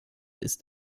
ist